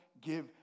give